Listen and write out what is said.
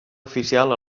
oficial